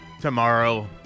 tomorrow